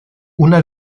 una